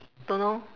don't know